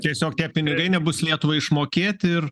tiesiog tie pinigai nebus lietuvai išmokėti ir